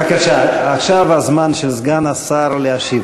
בבקשה, עכשיו הזמן של סגן השר להשיב.